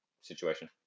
situation